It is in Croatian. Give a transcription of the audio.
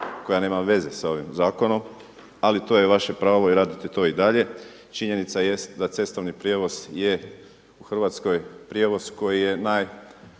koja nema veze sa ovim zakonom, ali to je vaše pravo i radite to i dalje. Činjenica jest da cestovni prijevoz je u Hrvatskoj prijevoz koji je najviše